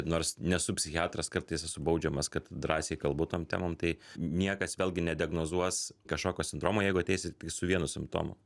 nors nesu psichiatras kartais esu baudžiamas kad drąsiai kalbu tom temom tai niekas vėlgi nediagnozuos kažkokio sindromo jeigu ateisit tik su vienu simptomu